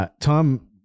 Tom